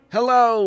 Hello